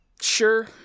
sure